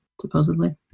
supposedly